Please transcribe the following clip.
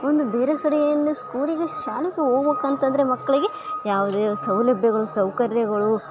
ಒಂದು ಬೇರೆ ಕಡೆಯಲ್ಲಿ ಸ್ಕೂಲಿಗೆ ಶಾಲೆಗೆ ಹೋಬೇಕು ಅಂತಂದರೆ ಮಕ್ಕಳಿಗೆ ಯಾವುದೇ ಸೌಲಭ್ಯಗಳು ಸೌಕರ್ಯಗಳು